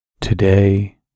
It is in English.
Today